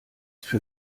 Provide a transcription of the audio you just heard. für